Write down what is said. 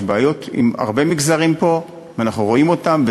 יש בעיות עם הרבה מגזרים פה, אנחנו רואים אותן,